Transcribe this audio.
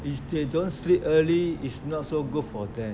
if they don't sleep early it's not so good for them